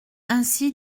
ainsi